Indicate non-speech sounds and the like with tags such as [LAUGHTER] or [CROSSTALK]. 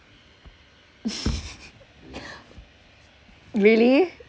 [LAUGHS] really